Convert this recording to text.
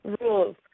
rules